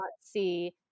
see